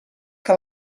que